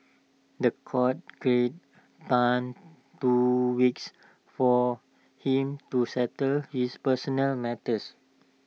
The Court granted Tan two weeks for him to settle his personal matters